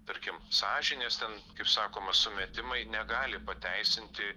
tarkim sąžinės ten kaip sakoma sumetimai negali pateisinti